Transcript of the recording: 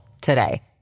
today